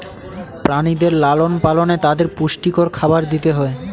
প্রাণীদের লালন পালনে তাদের পুষ্টিকর খাবার দিতে হয়